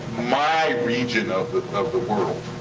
my region of the of the world.